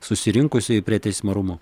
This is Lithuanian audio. susirinkusieji prie teismo rūmų